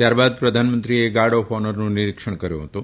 ત્યારબાદ પ્રધાનમંત્રીએ guard of ઓનરનું નિરિક્ષણ કર્યું હતું